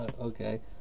Okay